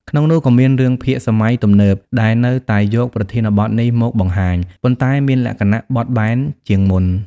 ក្នុងនោះក៏មានរឿងភាគសម័យទំនើប ដែលនៅតែយកប្រធានបទនេះមកបង្ហាញ ប៉ុន្តែមានលក្ខណៈបត់បែនជាងមុន។